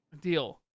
Deal